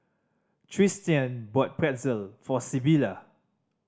Tristian bought Pretzel for Sybilla